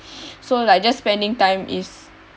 so like just spending time is